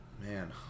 Man